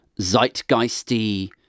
zeitgeisty